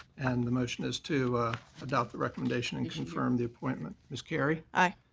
and the motion is to adopt the recommendation and confirm the appointment. ms. carry. aye.